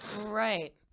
Right